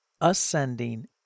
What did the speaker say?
ascending